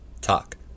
Talk